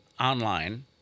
online